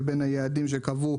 ובין היעדים שקבעו